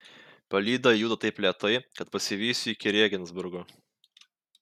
palyda juda taip lėtai kad pasivysiu iki rėgensburgo